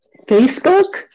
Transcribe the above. Facebook